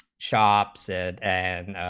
shops and and